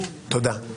תודה.